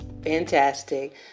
Fantastic